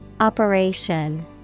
operation